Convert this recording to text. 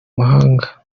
mahanga